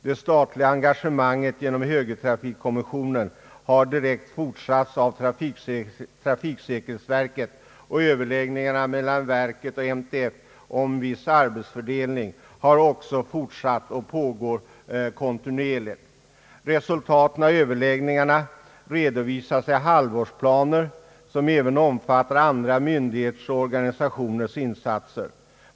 Det statliga engagemanget genom högertrafikkommissionen har direkt fortsatts av trafiksäkerhetsverket och överläggningarna mellan verket och NTF om en viss arbetsfördelning har också fortsatt och pågår kontinuerligt. Resultaten av överläggningarna redovisas i halvårsplaner, som även omfattar andra myndigheters och organisationers insatser.